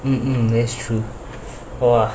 um that's true !wah!